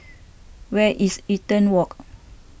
where is Eaton Walk